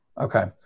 Okay